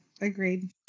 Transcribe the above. Agreed